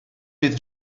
bydd